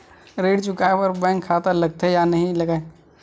ऋण चुकाए बार बैंक खाता लगथे या नहीं लगाए?